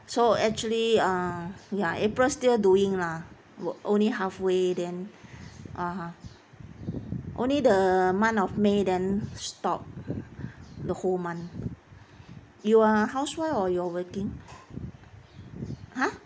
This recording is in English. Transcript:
so actually ah ya april still doing lah work only halfway then (uh huh) only the month of may then stopped the whole month you are housewife or you're working !huh!